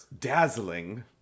Dazzling